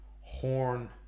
horn